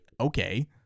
Okay